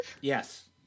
Yes